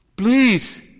Please